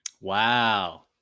wow